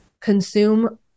consume